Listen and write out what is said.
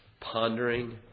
pondering